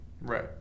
Right